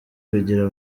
kugira